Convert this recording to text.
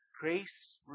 grace